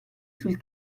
sul